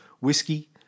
whiskey